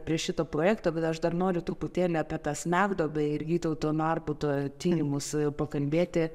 prie šito projekto bet aš dar noriu truputėlį apie tą smegduobę ir vytauto narbuto tyrimus pakalbėti